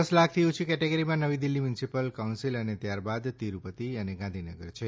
દસ લાખથી ઓછી કેટેગરીમાં નવી દિલ્હી મ્યુનિસિપલ કાઉન્સિલ અને ત્યારબાદ તિરૂપતિ અને ગાંધીનગર છે